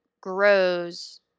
grows